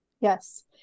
Yes